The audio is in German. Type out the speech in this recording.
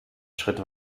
schritt